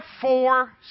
four